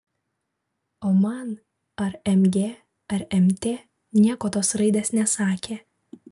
o man ar mg ar mt nieko tos raidės nesakė